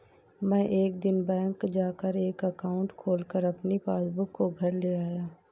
मै एक दिन बैंक जा कर एक एकाउंट खोलकर अपनी पासबुक को घर ले आया